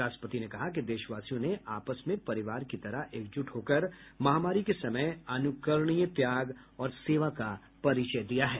राष्ट्रपति ने कहा कि देशवासियों ने आपस में परिवार की तरह एकजुट होकर महामारी के समय अनुकरणीय त्याग और सेवा का परिचय दिया है